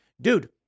Dude